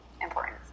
important